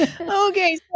Okay